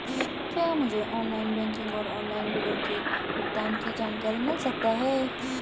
क्या मुझे online banking और ऑनलाइन बिलों के भुगतान की जानकारी मिल सकता है?